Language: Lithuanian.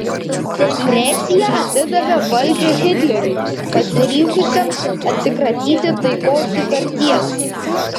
depresija atidavė valdžią hitleriui pasiryžusiam atsikratyti taikos sutarties